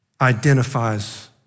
identifies